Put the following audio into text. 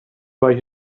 buy